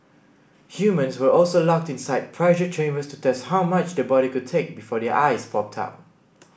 humans were also locked inside pressure chambers to test how much the body could take before their eyes popped out